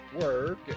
work